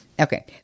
okay